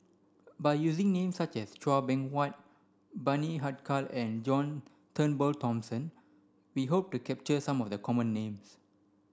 by using names such as Chua Beng Huat Bani Haykal and John Turnbull Thomson we hope to capture some of the common names